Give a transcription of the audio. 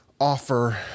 Offer